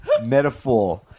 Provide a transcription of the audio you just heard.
metaphor